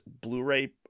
Blu-ray